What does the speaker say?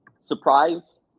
Surprise